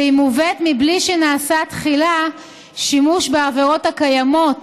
והיא מובאת בלי שנעשה תחילה שימוש בעבירות הקיימות